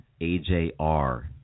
AJR